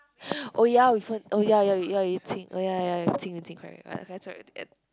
oh ya we oh ya ya ya oh ya ya ya correct sorry to get